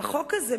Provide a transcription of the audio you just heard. והחוק הזה,